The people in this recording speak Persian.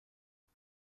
پاک